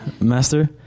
Master